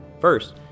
First